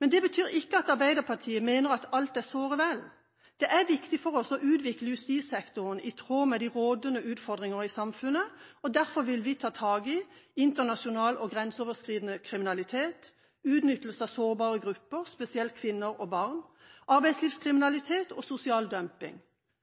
Det betyr ikke at Arbeiderpartiet mener alt er såre vel. Det er viktig for oss å utvikle justissektoren i tråd med de rådende utfordringer i samfunnet. Derfor vil vi ta tak i internasjonal og grenseoverskridende kriminalitet, utnyttelse av sårbare grupper – spesielt kvinner og barn – arbeidslivskriminalitet, sosial dumping,